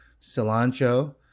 cilantro